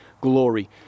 glory